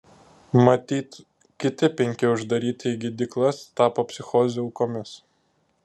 matyt kiti penki uždaryti į gydyklas tapo psichozių aukomis